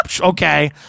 Okay